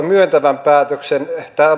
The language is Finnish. myöntävän päätöksen